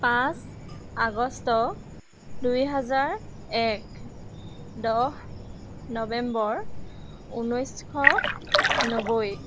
পাঁচ আগষ্ট দুই হাজাৰ এক দহ নৱেম্বৰ ঊনৈছশ নব্বৈ